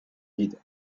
vide